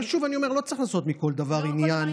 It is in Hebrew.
אבל שוב אני אומר: לא צריך לעשות מכל דבר עניין.